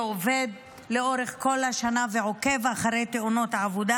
שעובד לאורך כל השנה ועוקב אחרי תאונות העבודה.